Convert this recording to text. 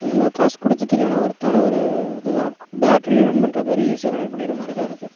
நா காசு கொடுத்தத்துக்கான ஒர்த்தான ஒரு இதுதான் பேட்ரிலியும் ரன் பண்ணுற மாதிரி ஈஸியா கனெக்ட் பண்ணிக்கிற மாதிரிதான் இருக்குது